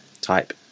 type